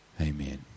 Amen